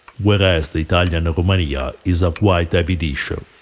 whereas the italian romania is a quite heavy dish, ah